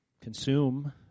consume